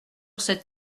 cette